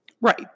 Right